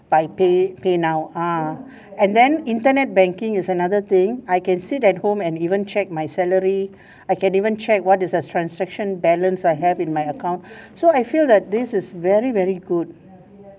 by pay~ paynow ah and then internet banking is another thing I can sit at home and even check my salary I can even check what is the transaction balance I have in my account so I feel that this is very very good